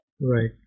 Right